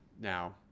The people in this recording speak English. Now